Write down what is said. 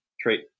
trait